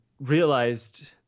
realized